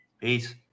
Peace